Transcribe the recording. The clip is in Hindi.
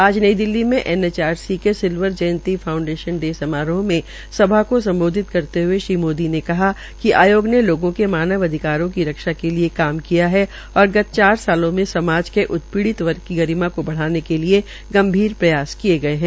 आज नई दिल्ली में एनएचआरसी के सिल्वर जयंती फाउंडेशन डे में सभा को सम्बोधित करते हए श्री मोदी ने कहा कि आयोग ने लोगों के मानव अधिकारों की रक्षा के लिए काम किया है और गत चार वर्षो में समाज के उत्पीड़ित वर्ग की गरिमा को बढ़ाने के लिये गंभीर प्रयास किये गये है